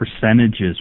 percentages